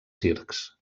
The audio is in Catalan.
circs